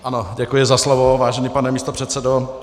Ano, děkuji za slovo, vážený pane místopředsedo.